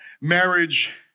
marriage